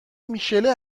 میشله